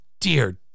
dear